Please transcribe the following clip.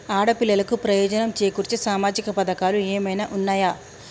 ఆడపిల్లలకు ప్రయోజనం చేకూర్చే సామాజిక పథకాలు ఏమైనా ఉన్నయా?